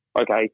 okay